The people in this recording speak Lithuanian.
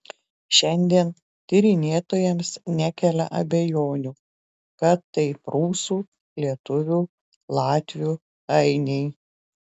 šiandien tyrinėtojams nekelia abejonių kad tai prūsų lietuvių latvių ainiai